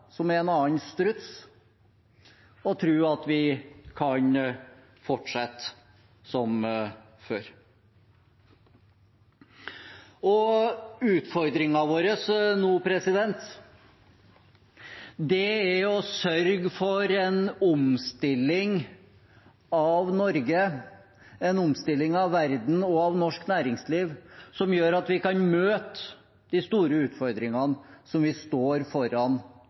en annen struts og tro at vi kan fortsette som før. Utfordringen vår nå er å sørge for en omstilling av Norge, en omstilling av verden og av norsk næringsliv som gjør at vi kan møte de store utfordringene som vi står foran